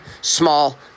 small